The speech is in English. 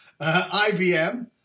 IBM